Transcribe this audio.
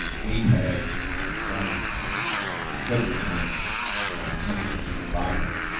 we had done an incredible job hans, which is her father,